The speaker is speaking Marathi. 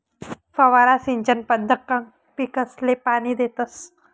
फवारा सिंचन पद्धतकंन पीकसले पाणी देतस